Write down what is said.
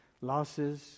Losses